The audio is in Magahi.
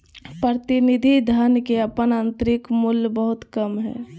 प्रतिनिधि धन के अपन आंतरिक मूल्य बहुत कम हइ